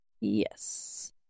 Yes